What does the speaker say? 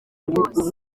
rwose